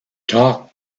talk